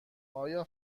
آیا